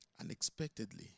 Unexpectedly